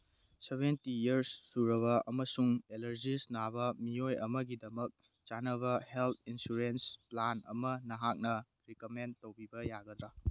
seventy years ꯁꯨꯔꯕ ꯑꯃꯁꯨꯡ allergies ꯅꯥꯕ ꯃꯤꯑꯣꯏ ꯑꯃꯒꯤꯗꯃꯛ ꯆꯥꯅꯕ ꯍꯦꯜꯠ ꯏꯟꯁꯨꯔꯦꯟꯁ ꯄ꯭ꯂꯥꯟ ꯑꯃ ꯅꯍꯥꯛꯅ ꯔꯤꯀꯃꯦꯟ ꯇꯧꯕꯤꯕ ꯌꯥꯒꯗ꯭ꯔꯥ